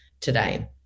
today